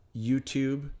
YouTube